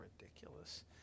ridiculous